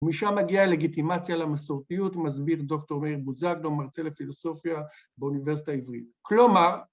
‫ומשם מגיעה הלגיטימציה למסורתיות, ‫מסביר דוקטור מאיר בוזגלו, ‫מרצה לפילוסופיה באוניברסיטה העברית. ‫כלומר...